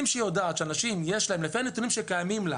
שהיא יודעת לפי הנתונים שקיימים אצלה